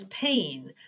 pain